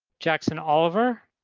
jackson oliver,